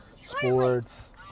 sports